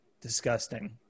disgusting